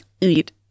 eat